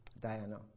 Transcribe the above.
Diana